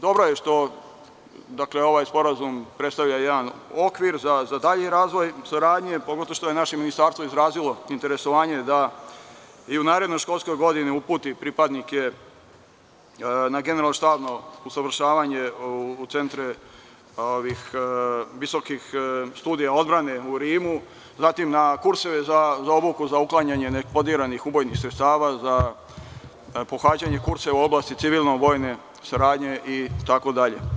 Dobro je što ovaj sporazum predstavlja jedan okvir za dalji razvoj saradnje, pogotovo što je naše ministarstvo izrazilo interesovanje da i u narednoj školskoj godini uputi pripadnike na generalštabno usvaršavanje u centre visokih studija odbrane u Rimu, zatim na kurseve za obuku za uklanjanje neeksplodiranih ubojnih sredstava za pohađanje kurseva u oblasti civilno-vojne saradnje itd.